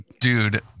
dude